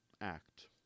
act